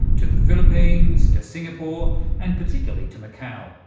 to the philippines, to singapore and particularly to macau,